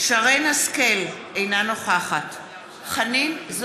(קוראת בשמות חברי הכנסת) שרן השכל,